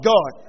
God